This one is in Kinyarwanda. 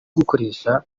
gukoresha